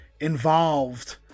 involved